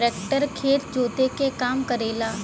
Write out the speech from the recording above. tractor खेत जोते क काम करेला